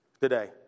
today